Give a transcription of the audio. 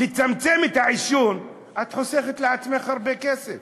את חוסכת לעצמך הרבה כסף